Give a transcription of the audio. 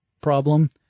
problem